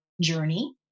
journey